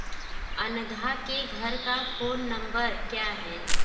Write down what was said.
अनघा के घर का फ़ोन नंबर क्या है